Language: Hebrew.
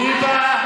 היבה,